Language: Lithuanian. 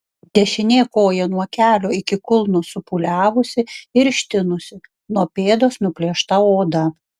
dešinė koja nuo kelio iki kulno supūliavusi ir ištinusi nuo pėdos nuplėšta oda